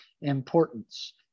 importance